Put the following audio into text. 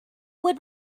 would